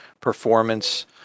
performance